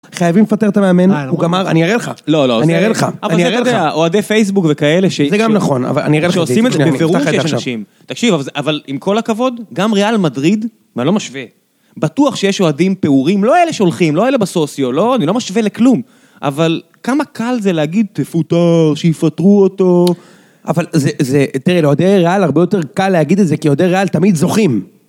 חייבים לפטר את המאמן, הוא גמר, אני אראה לך. לא, לא, אני אראה לך. אני אראה לך, אוהדי פייסבוק וכאלה ש... זה גם נכון. אני אראה לך, שעושים את זה בבירור שיש אנשים. תקשיב, אבל עם כל הכבוד, גם ריאל מדריד, ואני לא משווה. בטוח שיש אוהדים פעורים, לא אלה שהולכים, לא אלה בסוציו, לא, אני לא משווה לכלום. אבל כמה קל זה להגיד, תפוטר, שיפטרו אותו... אבל זה, תראה, לאוהדי ריאל, הרבה יותר קל להגיד את זה, כי אוהדי ריאל תמיד זוכים.